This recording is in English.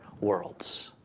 worlds